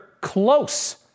close